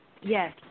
yes